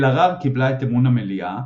אלהרר קיבלה את אמון המליאה,